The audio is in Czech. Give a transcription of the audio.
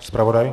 Zpravodaj?